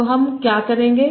तो हम क्या करेंगे